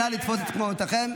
נא לתפוס את מקומותיכם.